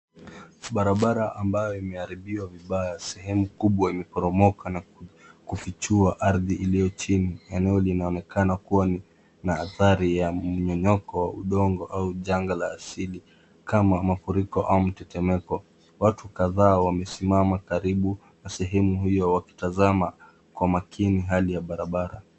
Barabara ambayo imeharibiwa vibaya, sehemu kubwa imeporomoka na kufichua ardhi iliyo chini. Eneo linaonekana kuwa na athari ya mmnyonyoko wa udongo au janga la asili kama mafuriko au mtetemeko. Watu kadhaa wamesimama karibu na sehemu hiyo wakitazama kwa makini hali ya barabara.